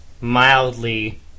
mildly